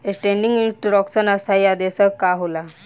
Standing instruction स्थाई आदेश का होला?